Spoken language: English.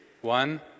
One